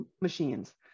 machines